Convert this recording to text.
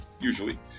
usually